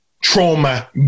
trauma